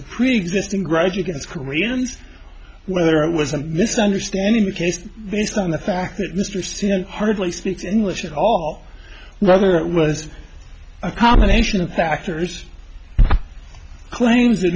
preexisting grudge against koreans whether it was a misunderstanding a case based on the fact that mr hardly speaks english at all whether that was a combination of factors claims